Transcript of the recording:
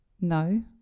No